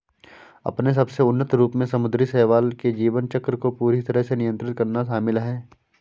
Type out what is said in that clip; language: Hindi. अपने सबसे उन्नत रूप में समुद्री शैवाल के जीवन चक्र को पूरी तरह से नियंत्रित करना शामिल है